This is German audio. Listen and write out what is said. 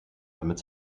damit